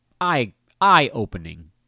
eye-opening